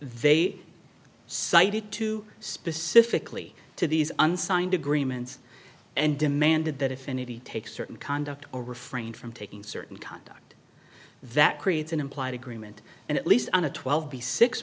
they cited two specifically to these unsigned agreements and demanded that affinity take certain conduct or refrain from taking certain conduct that creates an implied agreement and at least on a twelve b six